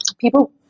people